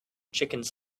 chickens